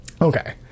Okay